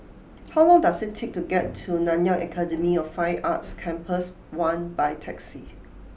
how long does it take to get to Nanyang Academy of Fine Arts Campus One by taxi